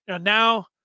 now